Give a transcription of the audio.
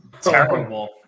terrible